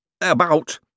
about—